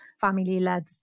family-led